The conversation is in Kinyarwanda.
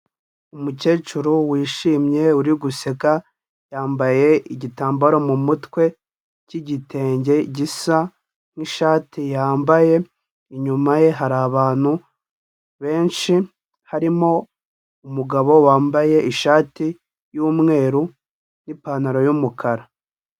Umukecuru wishimye uri guseka, yambaye igitambaro mu mutwe cy'igitenge gisa n'ishati yambaye, inyuma ye hari abantu benshi harimo umugabo wambaye ishati y'umweru n'ipantaro y'umukara.